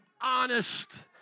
honest